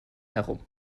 herum